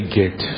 get